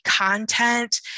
content